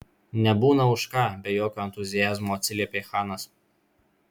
nebūna už ką be jokio entuziazmo atsiliepė chanas